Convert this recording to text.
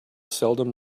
seldom